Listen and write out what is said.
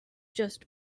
just